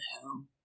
hell